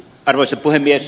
arvoisa puhemies